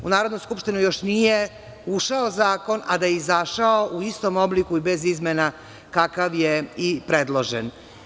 U Narodnu skupštinu još nije ušao zakon a da je izašao u istom obliku i bez izmena, kakav je i predložen.